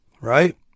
right